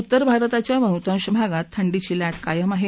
उत्तर भारताच्या बह्तांश भागात थंडीची ला कायम आहे